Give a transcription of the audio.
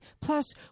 Plus